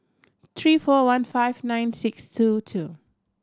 three four one five nine six two two